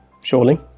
surely